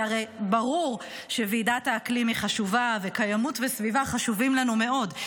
כי הרי ברור שוועידת האקלים היא חשובה וקיימות וסביבה חשובים לנו מאוד,